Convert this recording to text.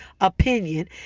opinion